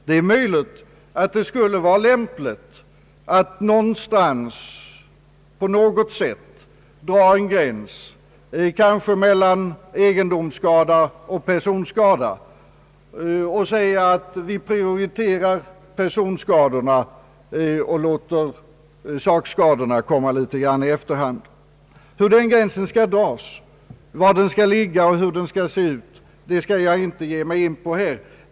Det är möjligt att det skulle vara lämpligt att någonstans på något sätt dra en gräns, kanske mellan egendomsskada och personskada, och säga att vi prioriterar personskadorna och låter sakskadorna komma litet i efterhand. Hur den gränsen skall dras, var den skall ligga, hur den skall se ut, det skall jag inte ge mig in på här.